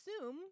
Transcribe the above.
assume